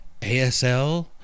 ASL